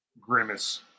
Grimace